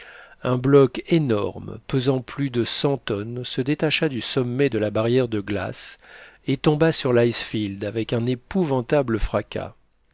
un bloc énorme pesant plus de cent tonnes se détacha du sommet de la barrière de glace et tomba sur l'icefield avec un épouvantable fracas